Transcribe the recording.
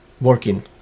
working